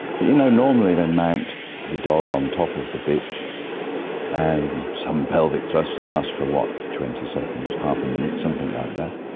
but you know normally they mount the dog on top of the bitch and some pelvic thrusts last for twenty seconds, half a minute, something like that,